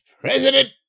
President